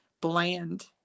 bland